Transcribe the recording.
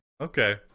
Okay